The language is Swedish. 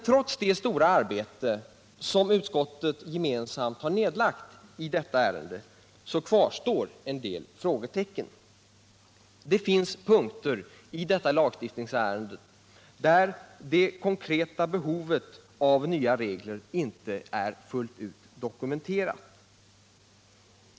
Trots det stora arbete som utskottet har lagt ned på detta ärende kvarstår en del frågetecken. Det finns punkter i detta lagstiftningsärende där det konkreta behovet av nya regler inte är fullt ut dokumenterat.